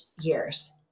years